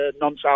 non-South